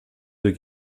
deux